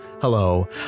Hello